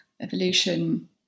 evolution